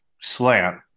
slant